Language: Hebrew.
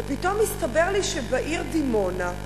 ופתאום הסתבר לי שבעיר דימונה,